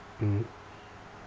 mmhmm